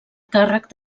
càrrec